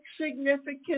significant